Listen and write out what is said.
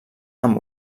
amb